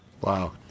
Wow